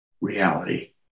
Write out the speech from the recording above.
reality